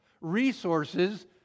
resources